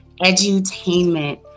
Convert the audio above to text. Edutainment